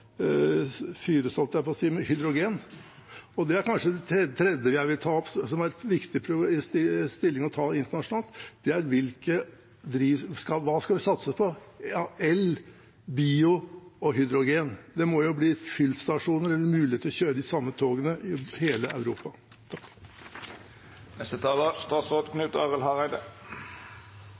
på å si – med hydrogen. Og det er kanskje det tredje jeg vil ta opp som det er viktig å ta stilling til internasjonalt: Hva skal vi satse på av el, bio og hydrogen? Det må jo bli fyllestasjoner eller mulighet til å kjøre de samme togene i hele Europa.